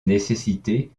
nécessité